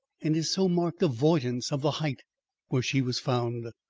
and his so marked avoidance of the height where she was found.